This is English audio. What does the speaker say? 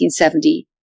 1970